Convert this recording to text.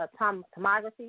tomography